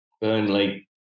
Burnley